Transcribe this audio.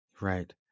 right